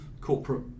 corporate